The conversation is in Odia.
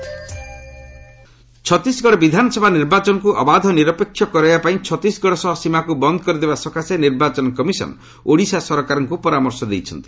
ଇସି ଓଡ଼ିଶା ଛତିଶଗଡ଼ ବିଧାନସଭା ନିର୍ବାଚନକୁ ଅବାଧ ଓ ନିରପେକ୍ଷ କରାଇବାପାଇଁ ଛତିଶଗଡ଼ ସହ ସୀମାକୁ ବନ୍ଦ୍ କରିଦେବା ସକାଶେ ନିର୍ବାଚନ କମିଶନ ଓଡ଼ିଶା ସରକାରଙ୍କୁ ପରାମର୍ଶ ଦେଇଛନ୍ତି